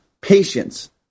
patience